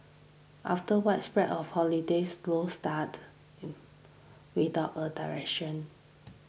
after widespread holidays slow start without a direction